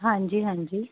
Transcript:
ਹਾਂਜੀ ਹਾਂਜੀ